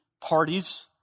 parties